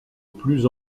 plus